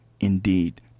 indeed